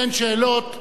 אין שאלות.